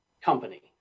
company